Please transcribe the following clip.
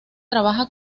trabaja